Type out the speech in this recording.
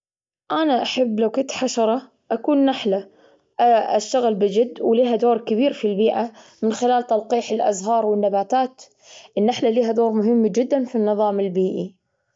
أنا أحب لو كنت حشرة أكون نحلة أشتغل بجد ولها دور كبير في البيئة، من خلال تلقيح الأزهار والنباتات، النحلة ليها دور مهم جدا في النظام البيئي.